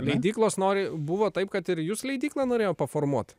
leidyklos nori buvo taip kad ir jus leidykla norėjo paformuot